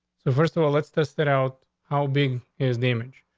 so, first of all, let's test it out. how big his damage.